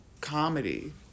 comedy